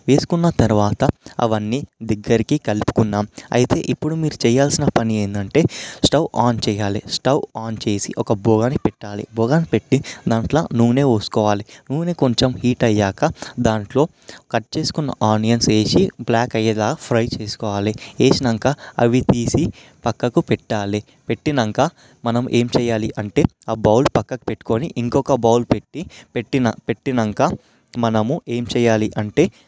వేసుకున్న తరువాత అవన్నీ దగ్గరికి కలుపుకున్నాము అయితే ఇప్పుడు మీరు చేయాల్సిన పని ఏంటంటే స్టవ్ ఆన్ చేయాలి స్టవ్ ఆన్ చేసి ఒక బగోని పెట్టుకోవాలి బగోని పెట్టి దాంట్లో నూనె పోసుకోవాలి నూనె కొంచెం హీట్ అయ్యాక దాంట్లో కట్ చేసుకున్న ఆనియన్స్ వేసి బ్లాక్ అయ్యేలా ఫ్రై చేసుకోవాలి వేసాక అవి తీసి పక్కకు పెట్టాలి పెట్టాక మనం ఏం చేయాలి అంటే ఆ బౌల్ పక్కకు పెట్టుకొని ఇంకొక బౌల్ పెట్టి పెట్టిన పెట్టాక మనము ఏం చేయాలి అంటే